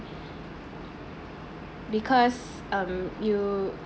because um you